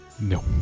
No